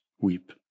weep